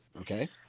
Okay